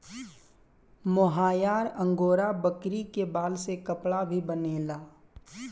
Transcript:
मोहायर angora बकरी के बाल से कपड़ा भी बनेला